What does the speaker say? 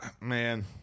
Man